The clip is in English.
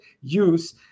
use